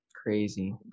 crazy